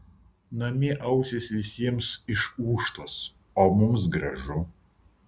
namie ausys visiems išūžtos o mums gražu